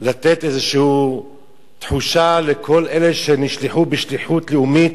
לתת תחושה לכל אלו שנשלחו בשליחות לאומית